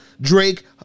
Drake